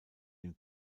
dem